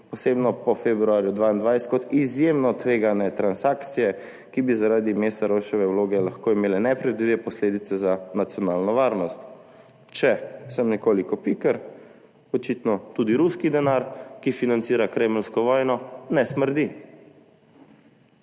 posebno po februarju 2022 kot izjemno tvegane transakcije, ki bi zaradi Meszaroseve vloge lahko imele nepredvidljive posledice za nacionalno varnost. Če sem nekoliko piker: očitno tudi ruski denar, ki financira kremeljsko vojno, ne smrdi.